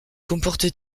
comporte